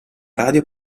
radio